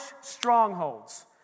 strongholds